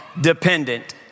dependent